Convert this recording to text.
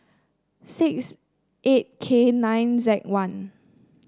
six eight K nine Z one